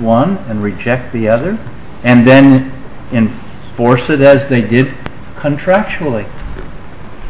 one and reject the other and then in force that as they did contractually